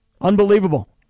Unbelievable